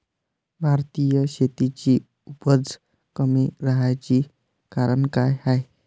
भारतीय शेतीची उपज कमी राहाची कारन का हाय?